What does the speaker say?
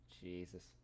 Jesus